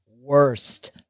worst